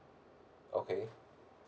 okay